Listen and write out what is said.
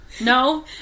No